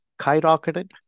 skyrocketed